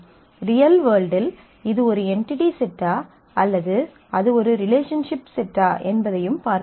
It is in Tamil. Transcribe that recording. ரியல் வேர்ல்டில் இது ஒரு என்டிடி செட்டா அல்லது அது ஒரு ரிலேஷன்ஷிப் செட்டா என்பதையும் பார்க்க வேண்டும்